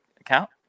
account